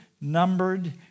numbered